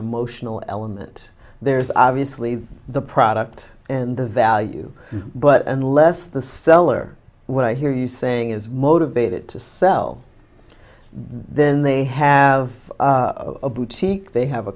emotional element there's obviously the product and the value but unless the seller when i hear you saying is motivated to sell then they have a boutique they have a